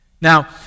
Now